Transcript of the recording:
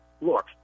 Look